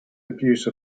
abuse